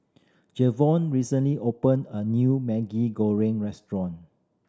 Jevon recently opened a new Maggi Goreng restaurant